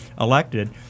elected